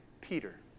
Peter